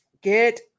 Get